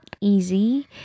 easy